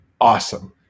awesome